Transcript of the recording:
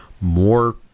more